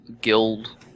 guild